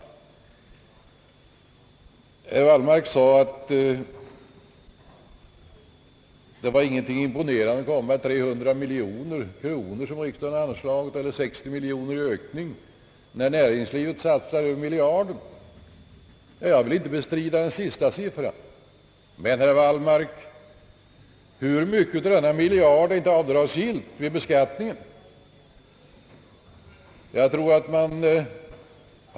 Herr Wallmark sade att det inte imponerade på honom att riksdagen anslagit 300 miljoner kronor och ökat anslaget med 60 miljoner, då näringslivet satsar över miljarden. Ja, jag vill inte bestrida den sista siffran, men hur mycket av denna miljard är inte avdragsgillt vid beskattningen, herr Wallmark?